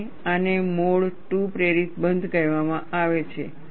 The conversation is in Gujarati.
અને આને મોડ II પ્રેરિત બંધ કહેવામાં આવે છે